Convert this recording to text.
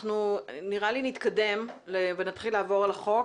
נראה לי שנתקדם ונתחיל לעבור על החוק.